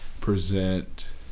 present